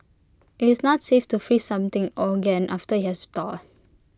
IT is not safe to freeze something again after IT has thawed